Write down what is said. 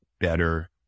better